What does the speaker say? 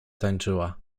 tańczyła